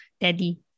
daddy